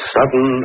Sudden